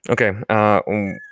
Okay